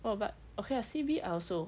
oh but okay ah C_B I also